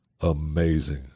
Amazing